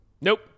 Nope